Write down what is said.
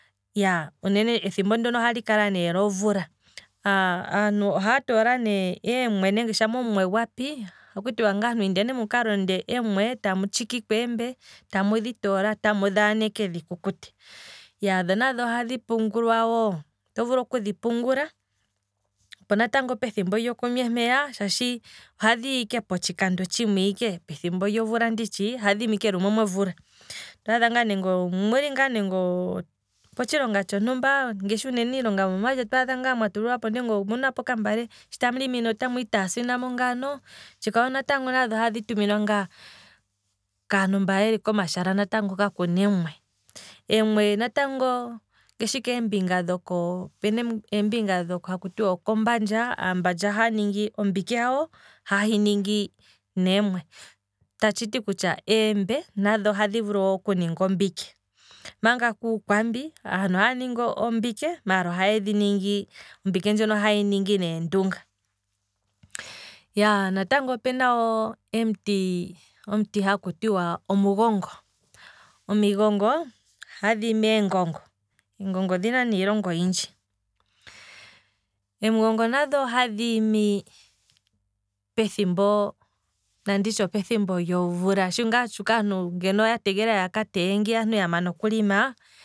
Iyaa, ethimbo ndono ohali kala naana lomvula, uunene aantu ohaa tola ne em'we shampa em'we dhapi, ohaku tiwa indeni mukalonde, tamu tshikiko eembe, tamu dhi toola ndele tamu dhaaneke dhikukute, iyaaa, dhonadho ohadhi pungulwa woo, oto vulu okudhi pungula, po natango pethimbo lyokwenye mpeya shaashi oha dhiya ike potshikando tshimwiike, pethimbo lyomvula nditshi, ohadhi imi ike lumwe momvula, otwaadha ngaa muli nande opo tshilonga tshontumba, ngaashi iilonga yomomapya, otwaadha ngaa wa tulilwapo okambale, munapo okambale shi tamu limi ne otamu taasina ngaano, tshikwawo nadho ohadhi tumwa ngaa komashala hoka kakuna eembe, em'we natango ngashi keembinga hono kati okombandja, aambandja ohaya ningi, ombike hawo ohaye hiningi nem'we, ta tshiti kutya eembe nadho ohadhi vulu wo okuninga ombike, manga kuukwambi aantu ohaya ningi ombike, maala ombike ndjoka ohaye hiningi neendunga, natango opuna omuti haku tiwa omugongo, omigongo ohadhi imi eengongo, eengongo odhina ne iilonga oyindji, em'gongo nadho ohadhi imi pethimbo, nanditye opethimbo lyomvula, shi ngaa tshuuka aantu ya tegelela yaka teye ngiya ya mana okulima,